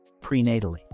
prenatally